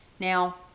Now